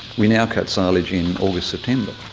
we now cut silage in august, september.